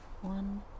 one